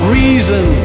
reason